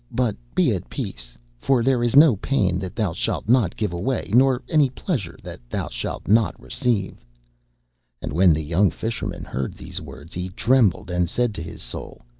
but be at peace, for there is no pain that thou shalt not give away, nor any pleasure that thou shalt not receive and when the young fisherman heard these words he trembled and said to his soul,